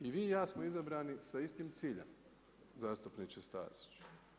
I vi i ja smo izabrani sa istim ciljem, zastupniče Stazić.